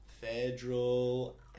federal